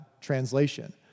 translation